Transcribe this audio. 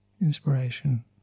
inspiration